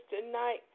tonight